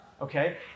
okay